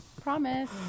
Promise